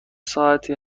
ساعتی